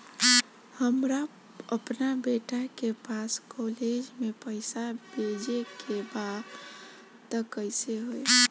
हमरा अपना बेटा के पास कॉलेज में पइसा बेजे के बा त कइसे होई?